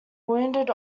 wounded